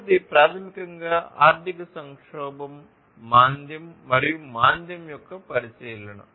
చివరిది ప్రాథమికంగా ఆర్థిక సంక్షోభం మాంద్యం మరియు మాంద్యం యొక్క పరిశీలన